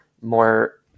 more